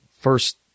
first